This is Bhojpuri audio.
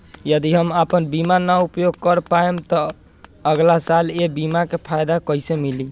यदि हम आपन बीमा ना उपयोग कर पाएम त अगलासाल ए बीमा के फाइदा कइसे मिली?